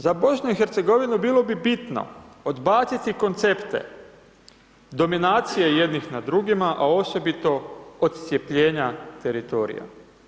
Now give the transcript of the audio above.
Za BiH bilo bi bitno odbaciti koncepte dominacije jednih nad drugima, a osobito odcjepljenja teritorija.